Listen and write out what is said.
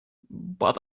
but